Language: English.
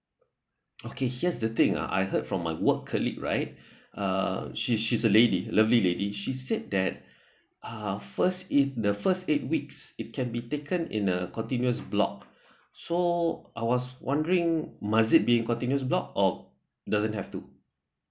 okay here's the thing ah I heard from my work colleagues right uh she's she's a lady lovely lady she said that uh first it the first eight weeks it can be taken in a continuous block so I was wondering my sis be in continues block or doesn't have to